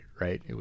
right